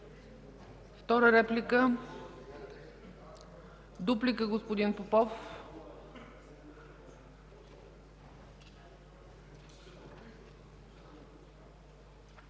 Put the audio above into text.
Втора реплика? Дуплика – господин Попов.